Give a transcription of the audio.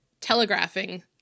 telegraphing